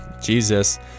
Jesus